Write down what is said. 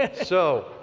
and so,